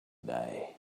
day